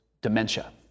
dementia